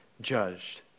judged